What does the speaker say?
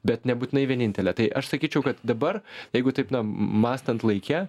bet nebūtinai vienintelė tai aš sakyčiau kad dabar jeigu taip na mąstant laike